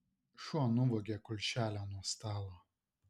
šuo nuvogė kulšelę nuo stalo